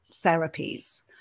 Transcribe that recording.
therapies